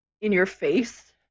in-your-face